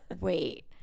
wait